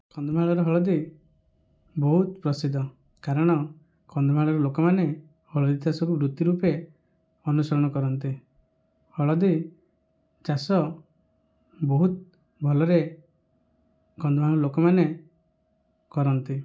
କନ୍ଧମାଳରେ ହଳଦୀ ବହୁତ ପ୍ରସିଦ୍ଧ କାରଣ କନ୍ଧମାଳର ଲୋକମାନେ ହଳଦୀ ଚାଷକୁ ବୃତ୍ତି ରୂପେ ଅନୁସରଣ କରନ୍ତି ହଳଦୀ ଚାଷ ବହୁତ ଭଲରେ କନ୍ଧମାଳର ଲୋକମାନେ କରନ୍ତି